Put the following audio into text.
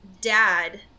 dad